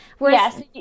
Yes